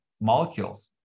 molecules